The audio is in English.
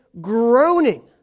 groaning